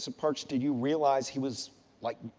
so parks, do you realize he was like,